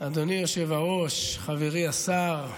אדוני היושב-ראש, חברי השר,